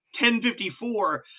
1054